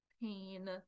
pain